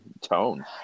tone